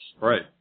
Right